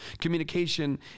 Communication